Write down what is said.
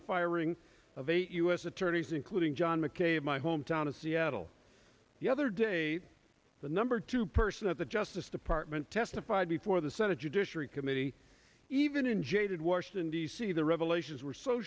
the firing of eight u s attorneys including john mckay of my hometown of seattle the other day the number two person at the justice department testified before the senate judiciary committee even in jaded washington d c the revelations were so